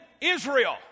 Israel